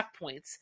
checkpoints